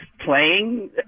playing